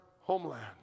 homeland